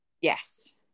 Yes